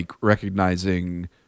recognizing